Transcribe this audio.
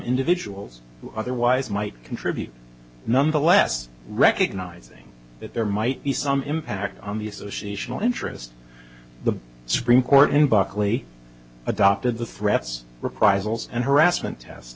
individuals who otherwise might contribute nonetheless recognizing that there might be some impact on the associational interest the supreme court in buckley adopted the threats reprisals and harassment test